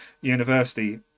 University